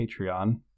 Patreon